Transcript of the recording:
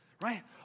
Right